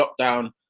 lockdown